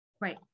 Right